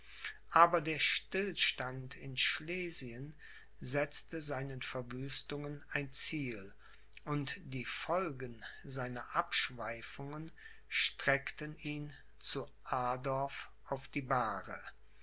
aber der stillstand in schlesien setzte seinen verwüstungen ein ziel und die folgen seiner abschweifungen streckten ihn zu adorf auf die bahre